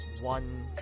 one